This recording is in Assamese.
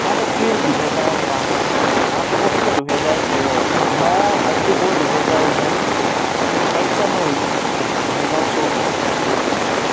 সাত এপ্ৰিল দুহেজাৰ পাঁচ আঠ আগষ্ট দুহেজাৰ তেৰ ন অক্টোবৰ দুহেজাৰ ঊনৈছ এক জানুৱাৰী দুহেজাৰ চৌব্বিছ